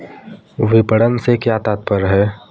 विपणन से क्या तात्पर्य है?